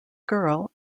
girl